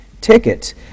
tickets